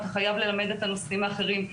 אתה חייב ללמד את הנושאים האחרים.